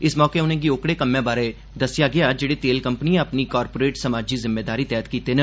इस मौके उनें'गी ओकड़े कम्में बारै दस्सेआ गेआ जेहड़े तेल कंपनिएं अपनी कारपोरेट समाजी जिम्मेदारी तैह्त कीते न